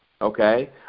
okay